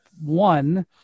one